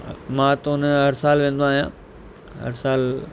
मां त उन हर सालु वेंदो आहियां हर सालु